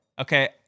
Okay